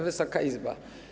Wysoka Izbo!